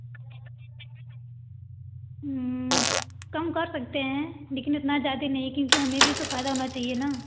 कम कर सकते हैं लेकिन इतना ज़्यादा नहीं है क्योंकि हमें भी तो फ़ायदा होना चाहिए ना